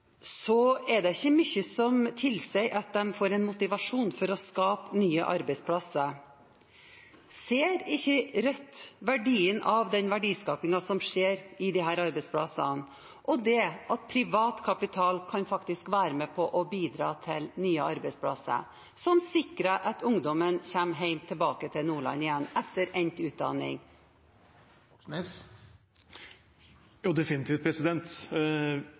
er det ikke mye som tilsier at de får motivasjon til å skape nye arbeidsplasser. Ser ikke Rødt verdien av den verdiskapingen som skjer på disse arbeidsplassene, og det at privat kapital faktisk kan være med på å bidra til nye arbeidsplasser som sikrer at ungdommen kommer hjem igjen, tilbake til Nordland, etter endt utdanning?